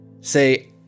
Say